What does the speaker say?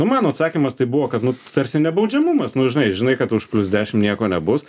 mano atsakymas tai buvo kad nu tarsi nebaudžiamumas nu žinai žinai kad už plius dešim nieko nebus